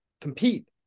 compete